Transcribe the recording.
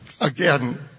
Again